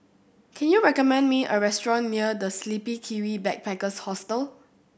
can you recommend me a restaurant near The Sleepy Kiwi Backpackers Hostel